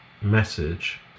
message